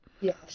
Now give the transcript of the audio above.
Yes